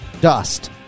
Dust